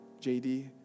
JD